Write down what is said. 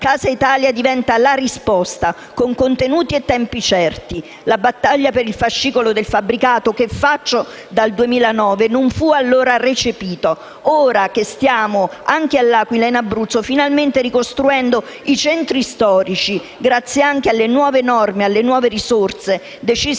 Casa Italia deve diventare la risposta con contenuti e tempi certi. La battaglia per il fascicolo del fabbricato che faccio dal 2009 non fu allora recepita. Ora che anche all'Aquila e in Abruzzo stiamo finalmente ricostruendo i centri storici, grazie alle nuove norme ed alle nuove risorse decise